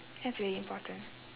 that's really important